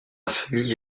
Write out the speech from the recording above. famille